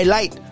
Light